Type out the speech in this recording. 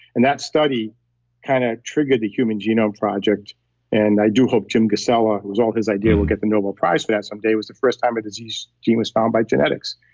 and that study kind of triggered the human genome project and i do hope jim gusella, it was all his idea, will get the nobel prize for that someday. it was the first time a disease gene was found by genetics.